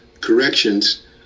corrections